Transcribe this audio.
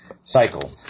cycle